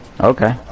Okay